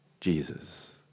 Jesus